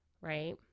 right